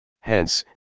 Hence